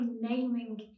naming